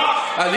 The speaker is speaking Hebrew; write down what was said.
באמת, באמת.